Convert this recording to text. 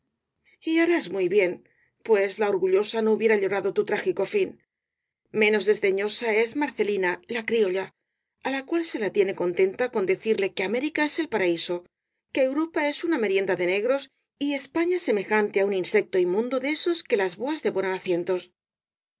harás muy bien pues la orgullosa no hubiera llorado tu trágico fin menos desdeñosa es marcelina la criolla á la cual se la tiene contenta con decirle que américa es el paraíso que europa es una merienda de negros y españa semejante á un insecto inmundo de esos que las boas devoran